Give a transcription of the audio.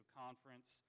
conference